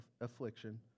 affliction